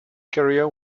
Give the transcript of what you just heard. career